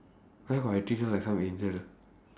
why would I treat her like some angel